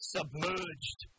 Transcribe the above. Submerged